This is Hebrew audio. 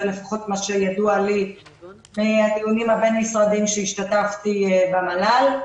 זה לפחות מה שידוע לי מהדיונים הבין-משרדיים שהשתתפתי במל"ל.